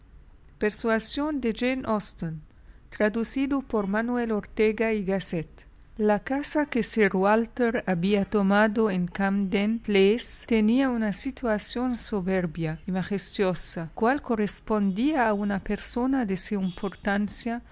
señora de rusell se dirigía a rivera street capitulo xv la casa que sir walter había tomado en camden place tenía una situación soberbia y majestuosa cual correspondía a una persona de su importancia